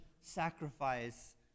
sacrifice